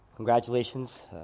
Congratulations